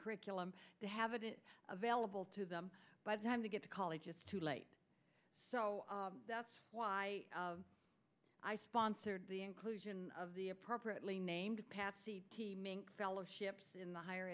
curriculum to have it available to them by the time to get to college it's too late so that's why i sponsored the inclusion of the appropriately named patsie fellowships in the higher